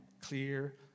clear